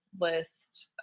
List-